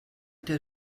der